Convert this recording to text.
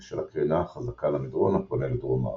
בשל הקרינה החזקה על המדרון הפונה לדרום-מערב,